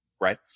right